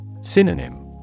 Synonym